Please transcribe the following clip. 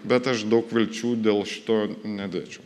bet aš daug vilčių dėl šito nedėčiau